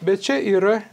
bet čia yra